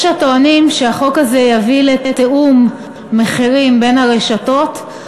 יש הטוענים שהחוק הזה יביא לתיאום מחירים בין הרשתות,